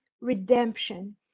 redemption